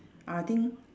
I think